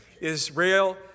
Israel